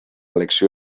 elecció